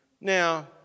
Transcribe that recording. Now